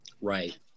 Right